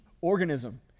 organism